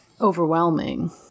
overwhelming